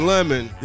Lemon